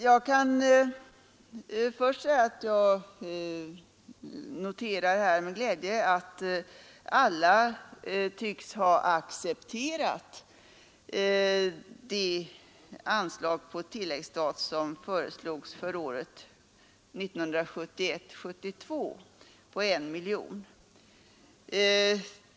Jag noterar med glädje att alla tycks ha accepterat det anslag på 1 miljon kronor på tilläggsstat som föreslås för budgetåret 1971/72.